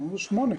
אז שמונה.